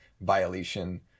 violation